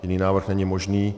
Jiný návrh není možný.